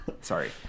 Sorry